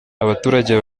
abaturage